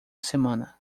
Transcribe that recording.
semana